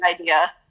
idea